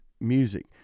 music